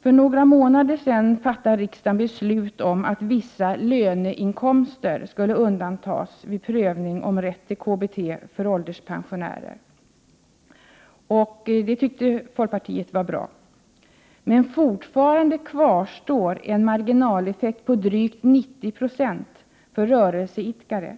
För några månader sedan fattade riksdagen beslut om att vissa löneinkomster skulle undantas vid prövning av rätt till KBT för ålderspensionärer. Det tyckte folkpartiet var bra, men fortfarande kvarstår en marginaleffekt på drygt 90 96 på rörelseidkare.